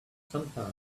sometimes